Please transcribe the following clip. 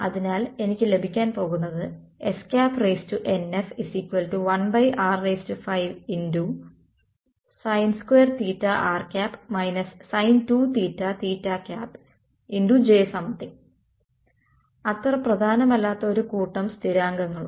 അതിനാൽ എനിക്ക് ലഭിക്കാൻ പോകുന്നത് Snf1r5sin2 r sin2jsomething അത്ര പ്രധാനമല്ലാത്ത ഒരു കൂട്ടം സ്ഥിരാങ്കങ്ങളും